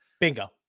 bingo